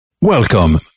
Welcome